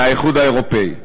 מהאיחוד האירופי.